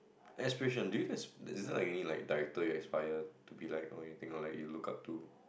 aspiration do you guys is there any director you aspired to be like or anything or like you look up to